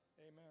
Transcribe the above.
Amen